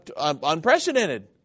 unprecedented